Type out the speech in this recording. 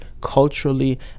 culturally